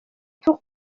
tour